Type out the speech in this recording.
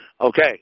Okay